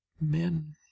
Men